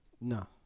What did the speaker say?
No